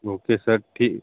okay sir ठीक